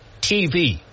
TV